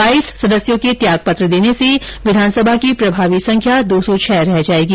बाईस सदस्यों के त्यागपत्र देने से विधानसभा की प्रभावी संख्या दो सौ छह रह जाएगी